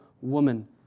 woman